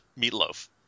Meatloaf